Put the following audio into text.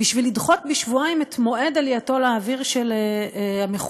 בשביל לדחות בשבועיים את מועד עלייתו לאוויר של המכונה